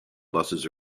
buses